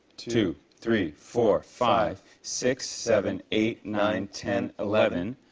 two, three, four, five. six, seven, eight, nine, ten, eleven.